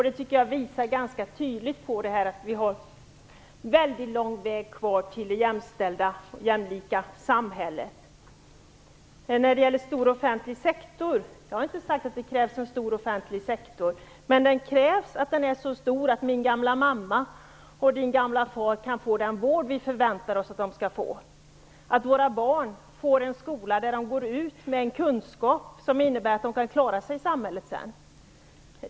Det tycker jag visar ganska tydligt att vi har väldigt lång väg kvar till det jämlika samhället. Jag har inte sagt att det krävs en stor offentlig sektor, men det krävs att den är så stor att min gamla mamma och din gamla far kan få den vård vi förväntar oss att de skall få och att våra barn får en sådan skola att de går ut med en kunskap som innebär att de kan klara sig i samhället.